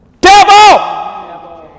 Devil